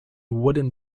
wooden